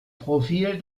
profil